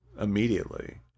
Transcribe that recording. immediately